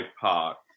Park